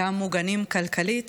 גם מוגנים כלכלית